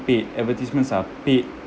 paid advertisements are paid